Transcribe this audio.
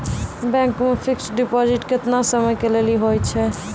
Bank मे fixed deposit केतना समय के लेली होय छै?